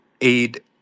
aid